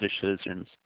decisions